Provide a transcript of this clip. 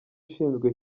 ushinzwe